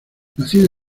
nacido